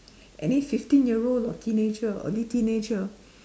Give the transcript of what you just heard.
any fifteen year old or teenager early teenager